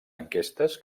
enquestes